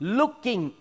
looking